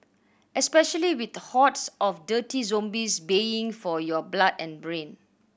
especially with hordes of dirty zombies baying for your blood and brain